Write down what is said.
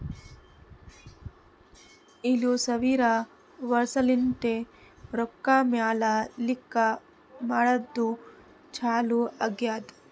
ಏಳು ಸಾವಿರ ವರ್ಷಲಿಂತೆ ರೊಕ್ಕಾ ಮ್ಯಾಲ ಲೆಕ್ಕಾ ಮಾಡದ್ದು ಚಾಲು ಆಗ್ಯಾದ್